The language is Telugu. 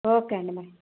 ఓకే అండి మరి